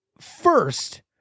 first